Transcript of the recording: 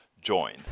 join